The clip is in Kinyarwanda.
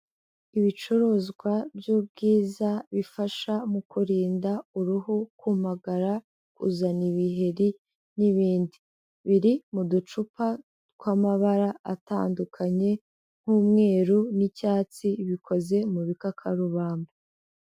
Ibicuruzwa by'ubwiza bifasha mu kurinda uruhu kumagara, kuzana ibiheri n'ibindi, biri mu ducupa tw'amabara atandukanye nk'umweru n'icyatsi bikoze mu bikakarubamba.